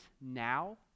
now